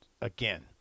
Again